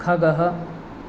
खगः